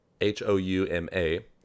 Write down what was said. H-O-U-M-A